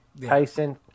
Tyson